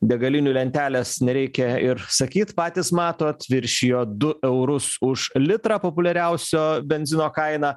degalinių lentelės nereikia ir sakyt patys matot viršijo du eurus už litrą populiariausio benzino kaina